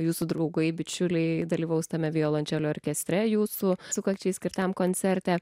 jūsų draugai bičiuliai dalyvaus tame violončele orkestre jūsų sukakčiai skirtame koncerte